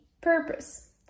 purpose